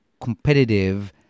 competitive